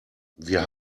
wir